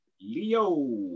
Leo